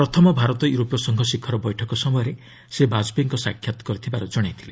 ପ୍ରଥମ ଭାରତ ୟୁରୋପୀୟ ସଂଘ ଶିଖର ବୈଠକ ସମୟରେ ସେ ବାଜପେୟୀଙ୍କ ସାକ୍ଷାତ୍ କରିଥିବାର ଜଣାଇଥିଲେ